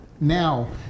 now